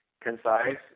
concise